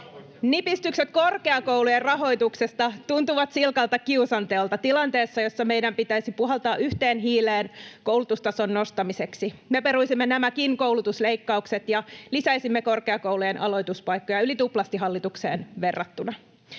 Nipistykset korkeakoulujen rahoituksesta tuntuvat silkalta kiusanteolta tilanteessa, jossa meidän pitäisi puhaltaa yhteen hiileen koulutustason nostamiseksi. Me peruisimme nämäkin koulutusleikkaukset ja lisäisimme korkeakoulujen aloituspaikkoja yli tuplasti hallitukseen verrattuna.